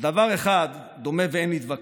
על דבר אחד דומה שאין להתווכח: